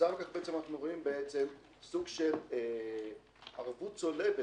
כתוצאה מכך אנחנו רואים סוג של ערבות צולבת